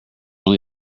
only